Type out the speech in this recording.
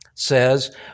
says